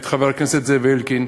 את חבר הכנסת זאב אלקין,